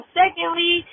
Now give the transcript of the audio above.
secondly